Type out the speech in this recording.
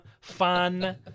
fun